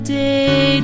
day